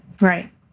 Right